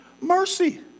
mercy